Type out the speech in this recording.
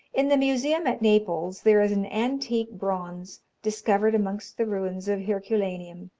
in the museum at naples there is an antique bronze, discovered amongst the ruins of herculaneum,